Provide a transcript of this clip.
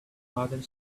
father